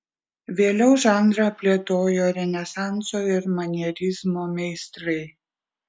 vėliau žanrą plėtojo renesanso ir manierizmo meistrai